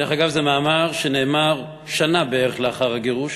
דרך אגב, זה מאמר שנאמר שנה בערך לאחר הגירוש